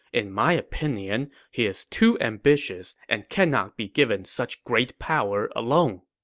in my opinion, he is too ambitious and cannot be given such great power alone.